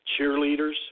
cheerleaders